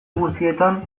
guztietan